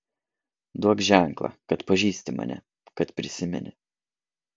duok ženklą kad pažįsti mane kad prisimeni